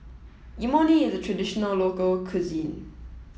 Imoni is a traditional local cuisine